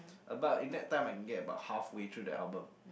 about a nap time I can get about halfway through the album